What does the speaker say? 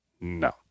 No